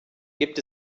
gibt